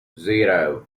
zero